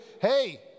hey